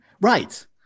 Right